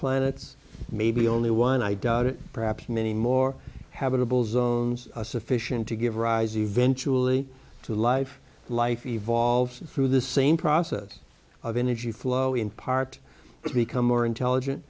planets maybe only one i doubt it perhaps many more habitable zone sufficient to give rise eventually to life life evolves through the same process of energy flow in part become more intelligent